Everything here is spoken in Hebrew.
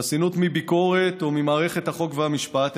חסינות מביקורת, או ממערכת החוק והמשפט?